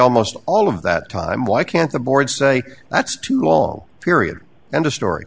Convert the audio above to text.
almost all of that time why can't the board say that's too long period end of story